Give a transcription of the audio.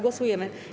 Głosujemy.